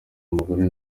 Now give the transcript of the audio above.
umugore